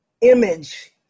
image